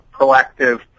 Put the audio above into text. proactive